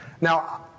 Now